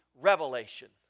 revelation